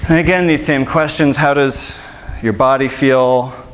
again, these same questions how does your body feel?